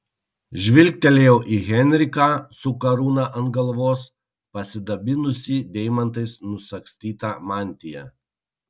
žvilgtelėjau į henriką su karūna ant galvos pasidabinusį deimantais nusagstyta mantija